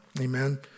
Amen